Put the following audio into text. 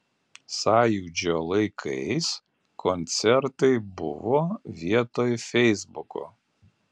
sąjūdžio laikais koncertai buvo vietoj feisbuko